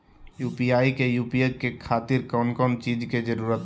UPI के उपयोग के खातिर कौन कौन चीज के जरूरत है?